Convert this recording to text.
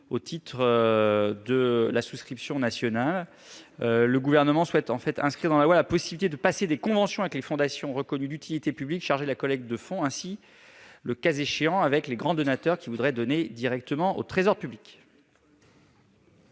au titre de la souscription nationale. Le Gouvernement souhaite inscrire dans la loi la possibilité de conclure des conventions avec les fondations reconnues d'utilité publique chargées de la collecte de fonds, ainsi, le cas échéant, qu'avec les grands donateurs qui voudraient donner directement au Trésor public.